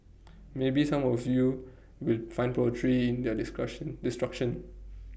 maybe some of you will find poetry in their discussion destruction